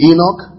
Enoch